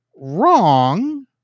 wrong